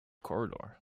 corridor